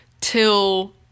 till